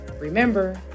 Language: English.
Remember